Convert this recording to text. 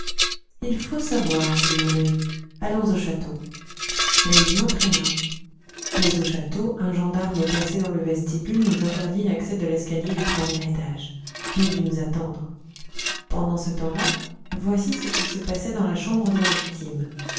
il faut savoir dit mon ami allons au château et il m'entraîna mais au château un gendarme placé dans le vestibule nous interdit l'accès de l'escalier du premier étage nous dûmes attendre pendant ce temps-là voici ce qui se passait dans la chambre de la victime